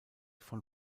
von